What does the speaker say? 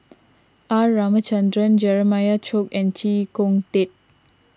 R Ramachandran Jeremiah Choy and Chee Kong Tet